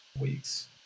weeks